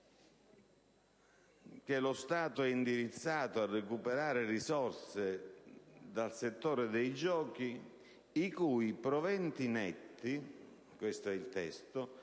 che lo Stato è indirizzato a recuperare risorse dal settore dei giochi «i cui proventi netti possono